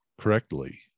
correctly